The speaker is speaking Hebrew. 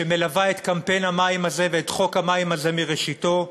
שמלווה את קמפיין המים הזה ואת חוק המים הזה מראשיתו,